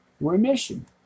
remission